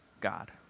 God